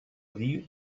dir